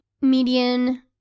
median